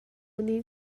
nih